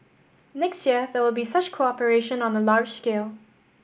next year there will be such cooperation on a large scale